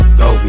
go